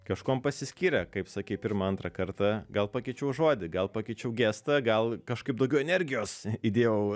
kažkuom pasiskyrė kaip sakei pirmą antrą kartą gal pakeičiau žodį gal pakeičiau gestą gal kažkaip daugiau energijos įdėjau